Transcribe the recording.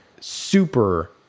super